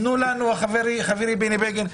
חברי בני בגין,